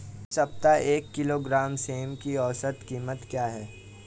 इस सप्ताह एक किलोग्राम सेम की औसत कीमत क्या है?